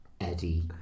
Eddie